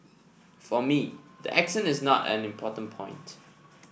for me the accent is not an important point